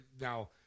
now